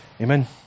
Amen